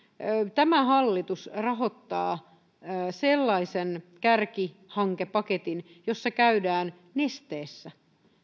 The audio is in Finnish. tämä hallitus rahoittaa sellaisen kärkihankepaketin jossa käydään nesteessä